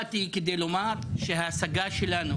באתי על מנת לומר שההשגה שלנו,